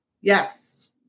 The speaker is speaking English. Yes